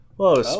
Whoa